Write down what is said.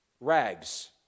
rags